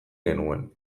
genuen